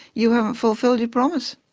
you haven't fulfilled your promise.